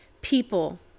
people